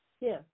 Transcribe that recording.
Yes